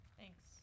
Thanks